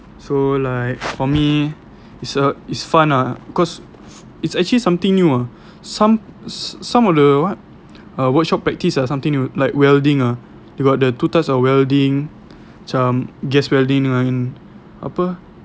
so like for me is uh is fun lah cause it's actually something new ah some s- some of the what uh workshop practice or something you like welding uh you got the two types of welding macam gas welding ngan apa